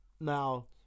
Now